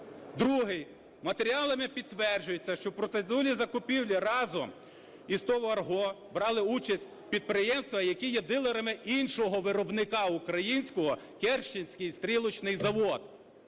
Другий: матеріалами підтверджується, що процедурні закупівлі разом із ТОВ "Арго" брали участь підприємства, які є дилерами іншого виробника українського - "Керченський стрілочний завод",